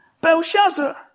Belshazzar